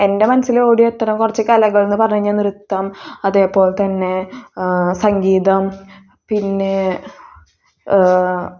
എൻ്റെ മനസ്സിൽ ഓടിയെത്തുന്ന കുറച്ച് കലകൾ എന്ന് പറഞ്ഞു കഴിഞ്ഞാൽ നൃത്തം അതുപോലെ തന്നെ സംഗീതം പിന്നെ